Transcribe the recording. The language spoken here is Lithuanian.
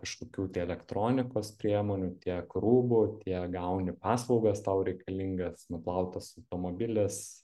kažkokių tai elektronikos priemonių tiek rūbų tiek gauni paslaugas tau reikalingas nuplautas automobilis